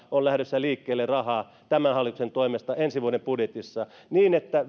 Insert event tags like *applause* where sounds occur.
on lähdössä liikkeelle kaksisataakolmekymmentä miljoonaa euroa rahaa tämän hallituksen toimesta ensi vuoden budjetissa niin että *unintelligible*